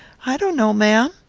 i don't know, ma'am.